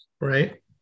right